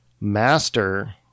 master